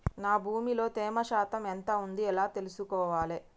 నా భూమి లో తేమ శాతం ఎంత ఉంది ఎలా తెలుసుకోవాలే?